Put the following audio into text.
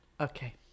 okay